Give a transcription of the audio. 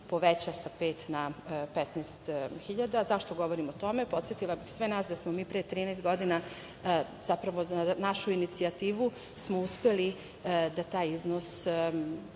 dinara na 15.000 dinara. Zašto govorim o tome? Podsetila bih sve nas da smo pre 13 godina, zapravo na našu inicijativu smo uspeli da taj iznos